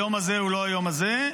היום הזה הוא לא היום הזה,